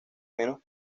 menos